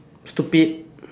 stupid